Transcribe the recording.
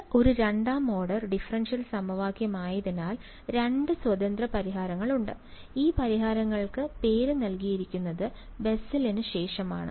ഇത് ഒരു രണ്ടാം ഓർഡർ ഡിഫറൻഷ്യൽ സമവാക്യമായതിനാൽ രണ്ട് സ്വതന്ത്ര പരിഹാരങ്ങളുണ്ട് ആ പരിഹാരങ്ങൾക്ക് പേര് നൽകിയിരിക്കുന്നത് ബെസ്സലിന് ശേഷമാണ്